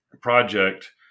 project